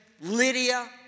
Lydia